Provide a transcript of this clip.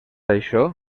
això